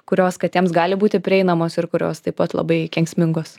kurios katėms gali būti prieinamos ir kurios taip pat labai kenksmingos